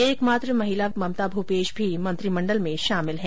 एक मात्र महिला ममता भूपेश भी मंत्रिमंडल में शामिल है